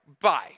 Bye